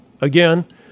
Again